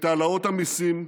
את העלאות המיסים,